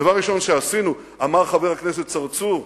דבר ראשון שעשינו, אמר חבר הכנסת צרצור,